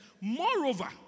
Moreover